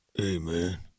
Amen